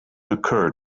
occur